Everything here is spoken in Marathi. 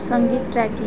संगीत ट्रॅकिंग